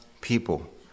people